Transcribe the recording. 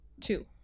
Two